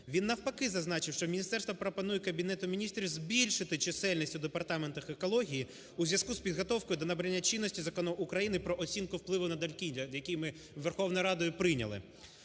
Він навпаки зазначив, що міністерство пропонує Кабінету Міністрів збільшити чисельність у департаментах екології у зв'язку з підготовкою до набрання чинності Закону України "Про оцінку впливу на довкілля", який ми Верховною Радою прийняли.